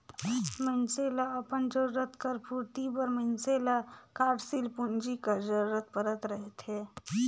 मइनसे ल अपन जरूरत कर पूरति बर मइनसे ल कारसील पूंजी कर जरूरत परत रहथे